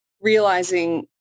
realizing